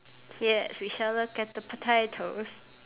yes we shall look at the potatoes